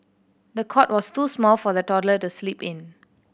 the cot was too small for the toddler to sleep in